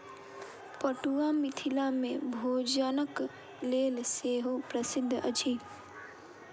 पटुआ मिथिला मे भोजनक लेल सेहो प्रसिद्ध अछि